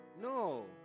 No